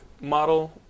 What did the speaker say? model